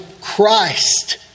Christ